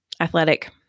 athletic